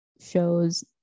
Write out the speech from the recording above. shows